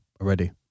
already